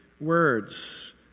words